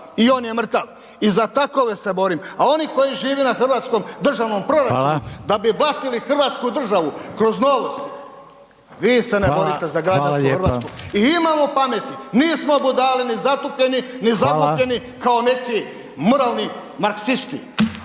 i on je mrtav. I za takove se borim. A oni koji žive na hrvatskom državnom proračunu, da bi …/Upadica: Hvala./… Hrvatsku državu kroz …/nerazumljivo/… vi se ne borite za građansku Hrvatsku. I imamo pameti, nismo budale, ni zatupljeni, …/Upadica: Hvala./… ni zaglupljeni kao neki moralni marksisti.